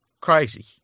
crazy